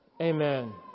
Amen